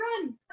run